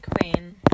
Queen